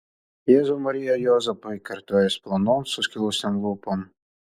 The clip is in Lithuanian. jėzau marija juozapai kartojo jis plonom suskilusiom lūpom